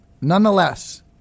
Nonetheless